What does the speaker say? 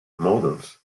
models